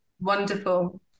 Wonderful